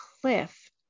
cliff